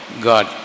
God